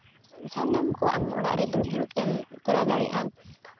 ᱥᱟᱱᱟᱢ ᱠᱚ ᱟᱢ ᱚᱲᱟᱜ ᱨᱮ ᱫᱩᱲᱩᱵ ᱫᱩᱲᱩᱵ ᱛᱮᱢ ᱠᱚᱨᱟᱣ ᱫᱟᱲᱮᱭᱟᱜᱼᱟ